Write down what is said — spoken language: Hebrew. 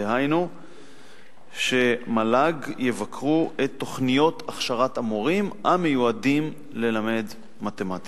דהיינו שמל"ג יבקרו את תוכניות הכשרת המורים המיועדים ללמד מתמטיקה.